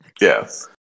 Yes